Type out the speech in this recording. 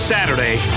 Saturday